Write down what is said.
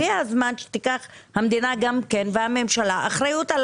הגיע הזמן שהמדינה והממשלה ייקחו גם כן אחריות על